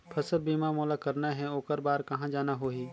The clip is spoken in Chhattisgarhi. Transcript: फसल बीमा मोला करना हे ओकर बार कहा जाना होही?